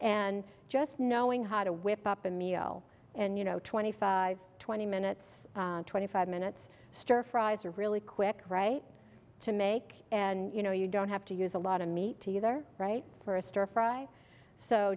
and just knowing how to whip up a meal and you know twenty five twenty minutes twenty five minutes stir fries are really quick right to make and you know you don't have to use a lot of meat either right for a stir fry so